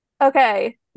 Okay